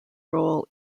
role